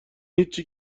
هیچی